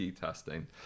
testing